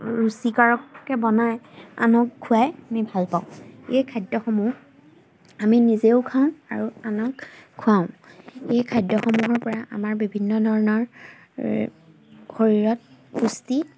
ৰুচিকাৰকৈ বনাই আনক খুৱাই আমি ভালপাওঁ এই খাদ্যসমূহ আমি নিজেও খাওঁ আৰু আনক খুৱাওঁ এই খাদ্যসমূহৰপৰা আমাৰ বিভিন্ন ধৰণৰ শৰীৰত পুষ্টি